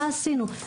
מה עשינו?